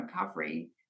recovery